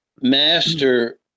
master